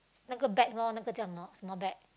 哪个 bag lor 哪个这样:na ge zh yang lor small bag